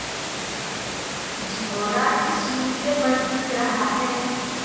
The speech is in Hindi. झंगोरा किस मूल्य पर बिक रहा है?